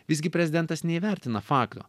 visgi prezidentas neįvertina fakto